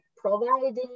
Providing